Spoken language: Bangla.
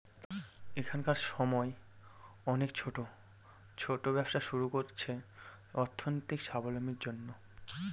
এখনকার সময় অনেকে ছোট ছোট ব্যবসা শুরু করছে অর্থনৈতিক সাবলম্বীর জন্য